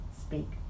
speak